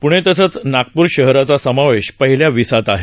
पूणे तसंच नागपूर शहराचा समावेश पहिल्या विसात आहे